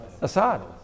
Assad